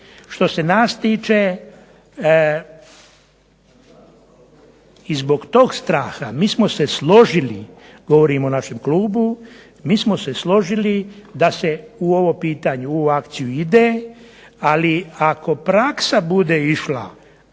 Što se nas tiče i zbog toga straha mi se složili, govorim o našem klubu, mi smo se složili da se u ovo pitanje, u ovu akciju ide, ali ako praksa bude išla,